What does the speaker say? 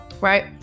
right